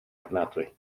ofnadwy